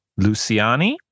Luciani